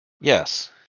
Yes